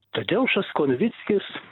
tadeušas kovickis